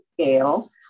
scale